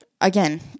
again